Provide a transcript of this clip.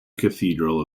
cathedral